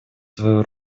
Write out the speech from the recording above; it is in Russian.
свою